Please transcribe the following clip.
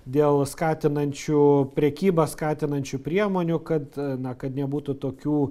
dėl skatinančių prekybą skatinančių priemonių kad na kad nebūtų tokių